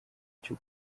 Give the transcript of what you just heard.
cyo